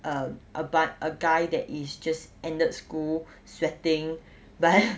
a a a guy that is just ended school sweating but then